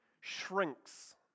shrinks